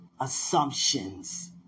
assumptions